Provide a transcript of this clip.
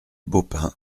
baupin